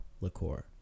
liqueur